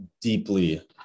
deeply